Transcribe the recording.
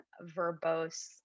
verbose